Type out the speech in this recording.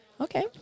Okay